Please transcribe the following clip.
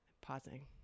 Pausing